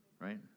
right